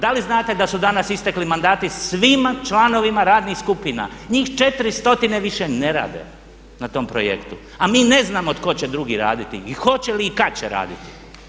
Da li znate da su danas istekli mandati svima članovima radnih skupina, njih 400 više ne rade na tom projektu a mi ne znamo tko će drugi raditi i hoće li i kada će raditi.